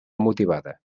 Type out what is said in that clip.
motivada